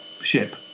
ship